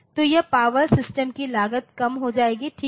तो यह power system की लागत कम हो जाएगी ठीक है